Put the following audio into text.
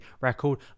record